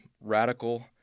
radical